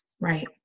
Right